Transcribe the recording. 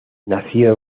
nació